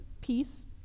peace